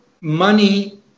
Money